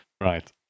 Right